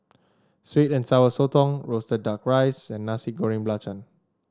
sweet and Sour Sotong roasted duck rice and Nasi Goreng Belacan